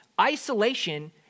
Isolation